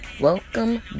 welcome